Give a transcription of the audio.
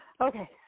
Okay